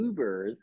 ubers